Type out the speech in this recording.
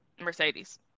Mercedes